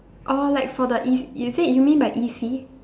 oh like for the E is it you mean by E C